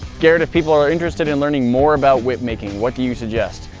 garrett, if people are interested in learning more about whip making, what do you suggest?